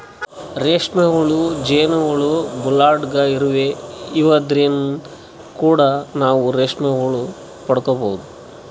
ರೇಶ್ಮಿ ಹುಳ, ಜೇನ್ ಹುಳ, ಬುಲ್ಡಾಗ್ ಇರುವಿ ಇವದ್ರಿನ್ದ್ ಕೂಡ ನಾವ್ ರೇಶ್ಮಿ ಪಡ್ಕೊಬಹುದ್